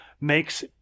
makes